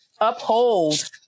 uphold